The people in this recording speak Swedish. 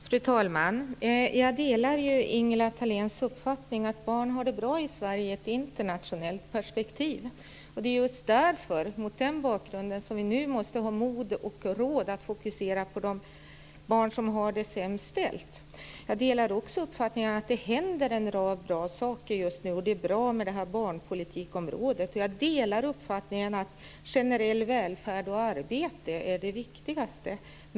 Fru talman! Jag delar Ingela Thaléns uppfattning att barn har det bra i Sverige i ett internationellt perspektiv. Det är just mot den bakgrunden som vi nu måste ha mod och råd att fokusera på de barn som har det sämst ställt. Jag delar också uppfattningen att det händer en rad bra saker just nu. Det är bra med det här barnpolitikområdet. Jag delar uppfattningen att generell välfärd och arbete är det viktigaste.